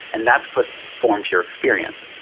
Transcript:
and that's what forms your experience.